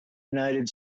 united